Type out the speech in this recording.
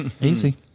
Easy